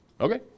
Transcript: okay